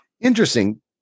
Interesting